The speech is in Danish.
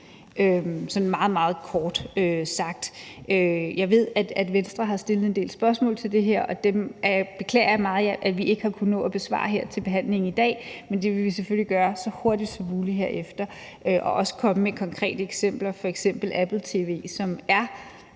sådan meget, meget kort sagt. Jeg ved, at Venstre har stillet en del spørgsmål til det her, og det beklager jeg meget at vi ikke har kunnet nå at besvare her til behandlingen i dag. Men det vil vi selvfølgelig gøre så hurtigt som muligt herefter og også komme med konkrete eksempler, f.eks. i forhold